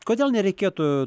kodėl nereikėtų